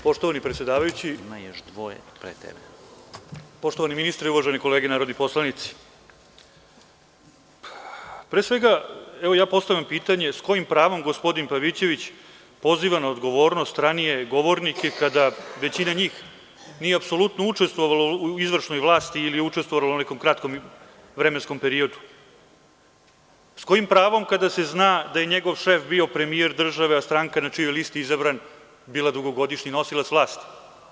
Poštovani predsedavajući, poštovani ministre, uvaženi kolege narodni poslanici, ja postavljam pitanje s kojim pravom gospodin Pavićević poziva na odgovornost ranije govornike kada većina njih nije apsolutno učestvovala u izvršnoj vlasti ili učestvovala je u nekom kratkom vremenskom pravom, s kojim pravom kada se zna da je njegov šef bio premijer države, a stranka na čijoj listi je izabran bila dugogodišnji nosilac vlasti?